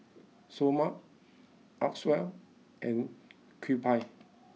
Seoul Mart Acwell and Kewpie